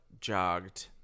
jogged